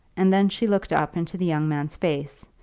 and then she looked up into the young man's face,